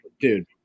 dude